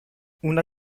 una